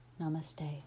Namaste